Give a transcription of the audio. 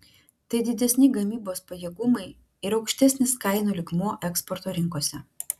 tai didesni gamybos pajėgumai ir aukštesnis kainų lygmuo eksporto rinkose